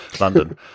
London